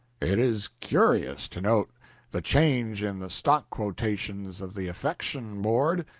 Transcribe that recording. it is curious to note the change in the stock-quotations of the affection board.